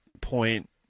point